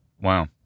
Wow